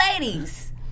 ladies